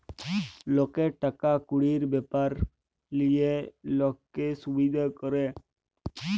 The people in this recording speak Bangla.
লকের টাকা কুড়ির ব্যাপার লিয়ে লক্কে সুবিধা ক্যরে